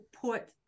put